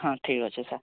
ହଁ ଠିକ ଅଛି ସାର